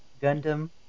gundam